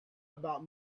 about